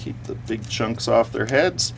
keep the big chunks off their heads